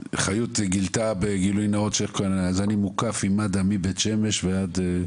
חיות גילתה בגילוי נאות ש -- אז אני מוקף עם מד"א מבית שמש ועד,